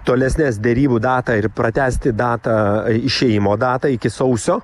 tolesnes derybų datą ir pratęsti datą išėjimo datą iki sausio